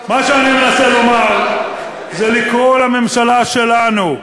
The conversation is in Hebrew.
מה שאני מנסה לומר זה, לקרוא לממשלה שלנו: